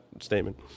statement